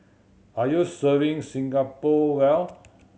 are you serving Singapore well